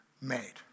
made